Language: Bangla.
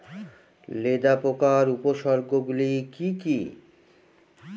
লেদা পোকার উপসর্গগুলি কি কি?